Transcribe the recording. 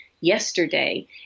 yesterday